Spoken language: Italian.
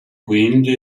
quindi